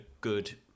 good